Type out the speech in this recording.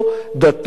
דתו,